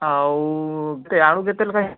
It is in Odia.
ଆଉ କେତେ ଆଳୁ କେତେ ଲେଖାଏଁ